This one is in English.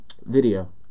video